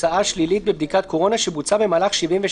תוצאה שלילית בבדיקת קורונה שבוצעה במהלך 72